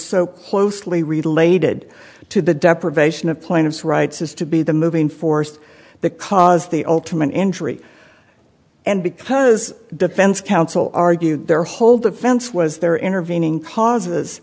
so closely related to the deprivation of plaintiff's rights as to be the moving force the cause the ultimate injury and because defense counsel argued their whole defense was there intervening pauses